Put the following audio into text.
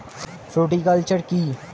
Fruticulture কী?